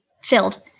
filled